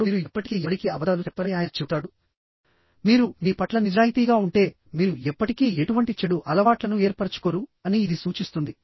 అప్పుడు మీరు ఎప్పటికీ ఎవరికీ అబద్ధాలు చెప్పరని ఆయన చెబుతాడు మీరు మీ పట్ల నిజాయితీగా ఉంటే మీరు ఎప్పటికీ ఎటువంటి చెడు అలవాట్లను ఏర్పరచుకోరు అని ఇది సూచిస్తుంది